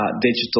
digital